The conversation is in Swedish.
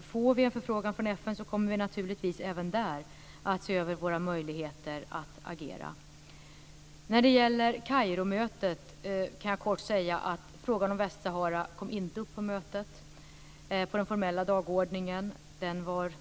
Får vi en förfrågan från FN kommer vi naturligtvis att även där se över våra möjligheter att agera. När det gäller Kairomötet kan jag kort säga att frågan om Västsahara inte kom upp på mötet. Den var inte med på den formella dagordningen, som ju var